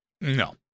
No